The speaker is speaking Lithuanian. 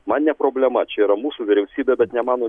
man ne problema čia yra mūsų vyriausybė bet ne mano